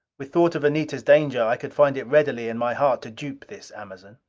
with thought of anita's danger i could find it readily in my heart to dupe this amazon.